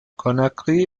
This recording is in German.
conakry